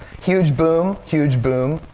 huge boom. huge boom.